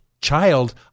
child